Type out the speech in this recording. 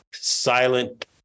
silent